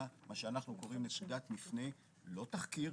מה שאנחנו קוראים לו "--- מפנה"; לא תחקיר,